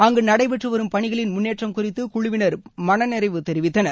அங்கு நடைபெற்று வரும் பணிகளின் முன்னேற்றம் குறித்து குழுவினர் மனநிறைவு தெரிவித்தனர்